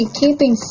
keeping